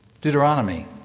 Deuteronomy